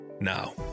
Now